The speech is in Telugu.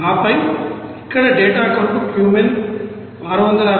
ఆపై ఇక్కడ డేటా కొరకు క్యూమెన్ 660